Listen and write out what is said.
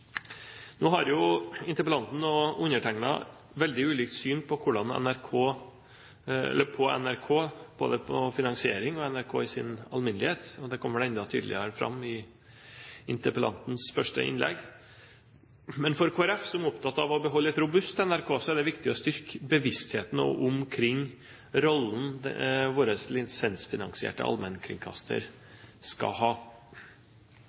Nå har jo interpellanten og undertegnede veldig ulikt syn på NRK, både på finansiering og NRK i sin alminnelighet, og det kommer enda tydeligere fram i interpellantens første innlegg. Men for Kristelig Folkeparti, som er opptatt av å beholde et robust NRK, er det viktig å styrke bevisstheten omkring rollen vår lisensfinansierte allmennkringkaster skal ha. Det